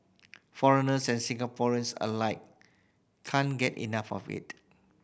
foreigners and Singaporeans alike can't get enough of it